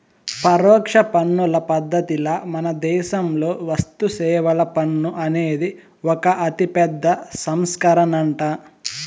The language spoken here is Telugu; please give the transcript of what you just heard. పరోక్ష పన్నుల పద్ధతిల మనదేశంలో వస్తుసేవల పన్ను అనేది ఒక అతిపెద్ద సంస్కరనంట